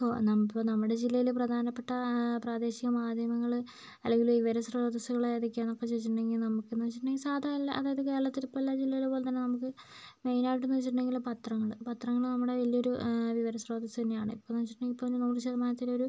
ഹോ നമുക്ക് നമ്മുടെ ജില്ലയിലെ പ്രധാനപ്പെട്ട പ്രാദേശിക മാധ്യമങ്ങള് അല്ലെങ്കില് വിവര സ്രോതസ്സുകള് ഏതൊക്കെയാന്നൊക്കെ ചോദിച്ചിട്ടുണ്ടെങ്കിൽ നമുക്കെന്ന് വച്ചിട്ടുണ്ടെങ്കിൽ സാധാ അല്ല അതായത് കേരളത്തിലെ പല ജില്ലയിലെ പോലെ തന്നെ നമുക്ക് മെയ്നായിട്ടെന്ന് വച്ചിട്ടുണ്ടെങ്കില് പത്രങ്ങള് പത്രങ്ങള് നമ്മുടെ വലിയൊരു വിവര സ്രോതസ്സ് തന്നെയാണ് ഇപ്പോന്ന് വച്ചിട്ടുണ്ടെങ്കിൽ ഇപ്പോൾ നൂറ് ശതമാനത്തിലൊരു